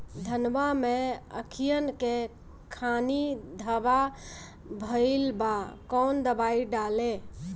धनवा मै अखियन के खानि धबा भयीलबा कौन दवाई डाले?